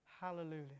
hallelujah